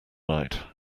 night